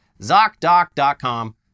ZocDoc.com